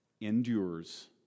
endures